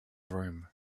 room